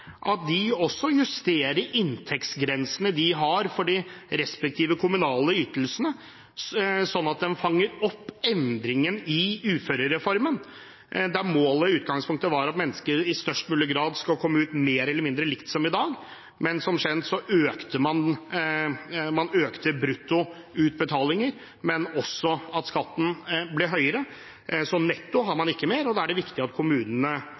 også justerer inntektsgrensene de har for de respektive kommunale ytelsene – som flere har vært inne på – sånn at de fanger opp endringen i uførereformen, der målet og utgangspunktet var at mennesker i størst mulig grad skal komme ut mer eller mindre likt som i dag. Men som kjent økte man bruttoutbetalinger, og skatten ble høyere, så netto har man ikke mer, og da er det viktig at kommunene